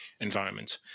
environment